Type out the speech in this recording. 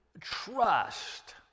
trust